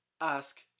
ask